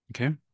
Okay